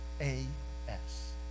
A-S